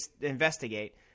investigate